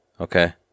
Okay